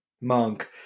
Monk